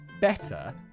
better